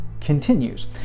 continues